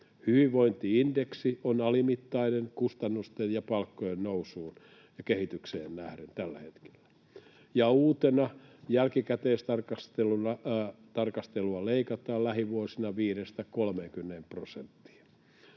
Hyvinvointi-indeksi on alimittainen kustannusten ja palkkojen nousuun ja kehitykseen nähden tällä hetkellä. Ja uutena jälkikäteistarkastelua leikataan lähivuosina viidestä prosentista